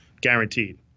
Guaranteed